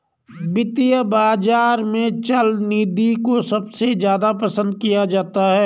वित्तीय बाजार में चल निधि को सबसे ज्यादा पसन्द किया जाता है